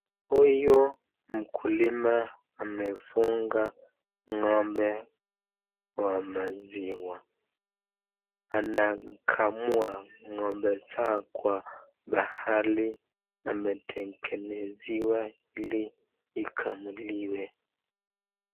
Huyu mkulima amefuga ng'ombe wa maziwa, anakamua ng'ombe zake kwa mahali ametengenezewa ili ikamuliwe